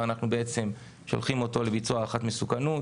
אנחנו שולחים אותו לביצוע הערכת מסוכנות.